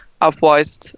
otherwise